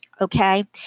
Okay